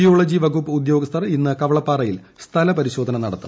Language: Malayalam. ജിയോളജി വകുപ്പ് ഉദ്യോഗസ്ഥർ ഇന്ന് കവളപ്പാറയിൽ സ്ഥല പരിശോധന നടത്തും